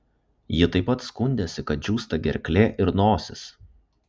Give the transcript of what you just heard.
ji taip pat skundėsi kad džiūsta gerklė ir nosis